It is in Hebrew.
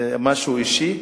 זה משהו אישי?